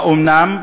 האומנם?